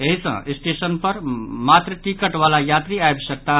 एहि सँ स्टेशन पर मात्र टिकट वाला यात्री आबि सकताह